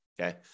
okay